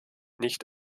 nicht